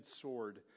sword